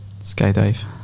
Skydive